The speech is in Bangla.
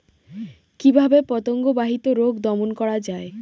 কিভাবে পতঙ্গ বাহিত রোগ দমন করা যায়?